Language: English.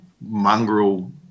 mongrel